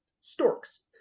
storks